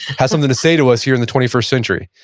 has something to say to us here in the twenty first century?